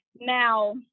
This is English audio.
Now